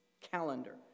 calendar